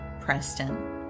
Preston